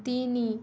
ତିନି